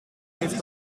heeft